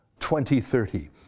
2030